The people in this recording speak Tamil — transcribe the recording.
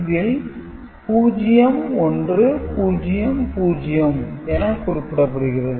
இதில் 0 1 0 0 என குறிப்பிடப்படுகிறது